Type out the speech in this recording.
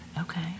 Okay